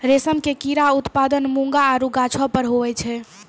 रेशम के कीड़ा उत्पादन मूंगा आरु गाछौ पर हुवै छै